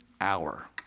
hour